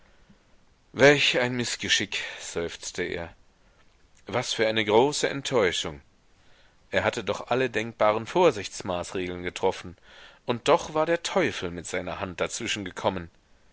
welch ein mißgeschick seufzte er was für eine große enttäuschung er hatte doch alle denkbaren vorsichtsmaßregeln getroffen und doch war der teufel mit seiner hand